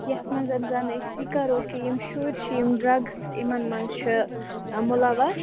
یتھ منٛز زن أسۍ یہِ کَرو کہِ یِم شُرۍ چھِ یم ڈرٛگٕس یِمن منٛز چھِ مُلوث